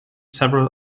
several